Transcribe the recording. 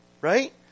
right